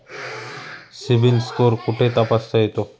CIBIL score कुठे तपासता येतो?